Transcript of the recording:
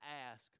ask